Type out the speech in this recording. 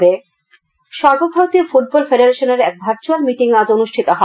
T F A সর্ব ভারতীয় football ফেডারেশনের এক ভার্চুয়াল মিটিং আজ অনুষ্ঠিত হয়